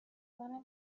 منم